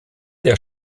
der